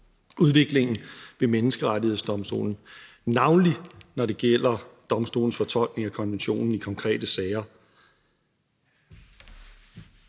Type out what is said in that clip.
udviklingen ved Menneskerettighedsdomstolen, navnlig når det gælder domstolens fortolkning af konventionen i konkrete sager.